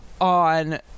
on